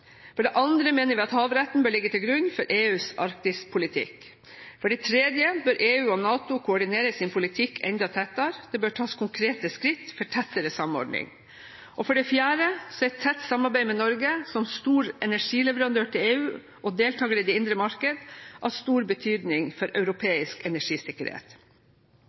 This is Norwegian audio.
For det andre mener vi at havretten bør ligge til grunn for EUs Arktis-politikk. For det tredje bør EU og NATO koordinere sin politikk enda tettere. Det bør tas konkrete skritt for tettere samordning. Og for det fjerde er tett samarbeid med Norge – som stor energileverandør til EU og deltaker i det indre marked – av stor betydning for europeisk energisikkerhet.